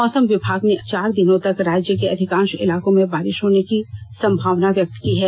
मौसम विभाग र्न अगले चार दिनों तक राज्य के अधिकांष इलाकों में बारिष होने की संभावना व्यक्त की है